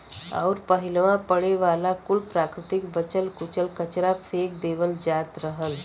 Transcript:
अउर पहिलवा पड़े वाला कुल प्राकृतिक बचल कुचल कचरा फेक देवल जात रहल